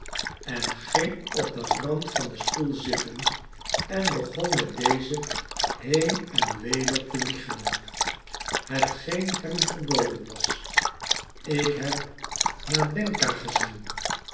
en ging op den rand van den stoel zitten en begon met dezen heen en weder te wiegelen hetgeen hem verboden was ik heb nadenka gezien